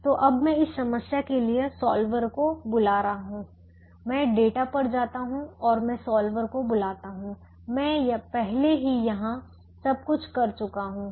तो अब मैं इस समस्या के लिए सॉल्वर को बुला रहा हूं मैं डेटा पर जाता हूं और मैं सॉल्वर को बुलाता हूं मैं पहले ही यहां सब कुछ कर चुका हूं